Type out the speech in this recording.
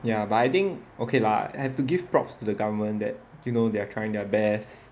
ya but I think okay lah I have to give props to the government that you know they are trying their best